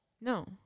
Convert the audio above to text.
no